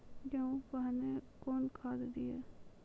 गेहूँ पहने कौन खाद दिए?